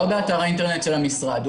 לא באתר האינטרנט של המשרד.